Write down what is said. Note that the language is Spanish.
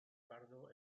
pardo